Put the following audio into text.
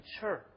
church